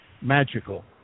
magical